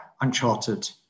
uncharted